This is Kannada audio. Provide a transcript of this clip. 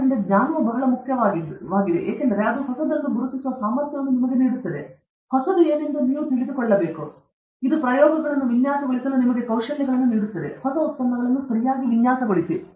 ಆದ್ದರಿಂದ ಜ್ಞಾನವು ಬಹಳ ಮುಖ್ಯವಾದುದು ಏಕೆಂದರೆ ಅದು ಹೊಸದನ್ನು ಗುರುತಿಸುವ ಸಾಮರ್ಥ್ಯವನ್ನು ನಿಮಗೆ ನೀಡುತ್ತದೆ ಹೊಸದು ಏನೆಂದು ನೀವು ತಿಳಿದುಕೊಳ್ಳಬೇಕು ಇದು ಪ್ರಯೋಗಗಳನ್ನು ವಿನ್ಯಾಸಗೊಳಿಸಲು ನಿಮಗೆ ಕೌಶಲ್ಯಗಳನ್ನು ನೀಡುತ್ತದೆ ಹೊಸ ಉತ್ಪನ್ನಗಳನ್ನು ಸರಿಯಾಗಿ ವಿನ್ಯಾಸಗೊಳಿಸಿ